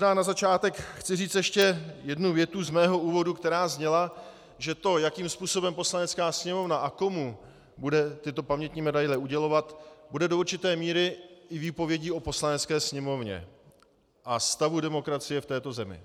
Možná na začátek chci říct ještě jednu větu z mého úvodu, která zněla, že to, jakým způsobem Poslanecká sněmovna a komu bude tyto pamětní medaile udělovat, bude do určité míry i výpovědí o Poslanecké sněmovně a stavu demokracie v této zemi.